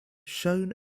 shown